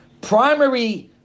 primary